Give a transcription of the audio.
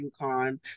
UConn